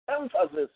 emphasis